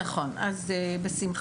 נכון אז בשמחה,